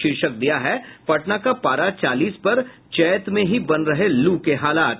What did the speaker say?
शीर्षक दिया है पटना का पारा चालीस पर चैत में ही बन रहे लू के हालात